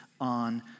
on